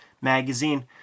Magazine